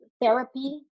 therapy